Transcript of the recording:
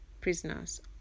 prisoners